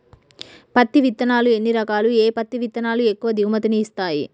పత్తి విత్తనాలు ఎన్ని రకాలు, ఏ పత్తి విత్తనాలు ఎక్కువ దిగుమతి ని ఇస్తాయి?